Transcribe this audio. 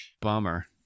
Bummer